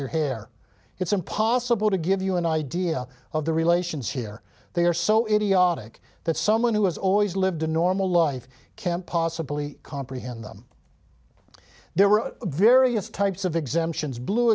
your hair it's impossible to give you an idea of the relations here they are so idiotic that someone who has always lived a normal life can't possibly comprehend them there were various types of exemptions blue